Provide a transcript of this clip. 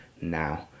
now